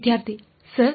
ವಿದ್ಯಾರ್ಥಿ ಸರ್